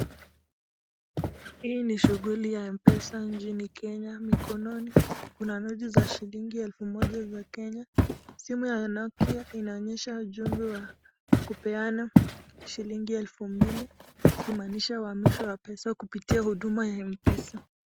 Hii ni shughuli ya Mpesa nchini Kenya. Mikononi kuna noti za shilingi elfu moja za Kenya. Simu ya nokia inaonyesha ujumbe wa kupeana shilingi elfu mbili, ikumaanisha kuhamishwa wa pesa kupitia huduma ya Mpesa.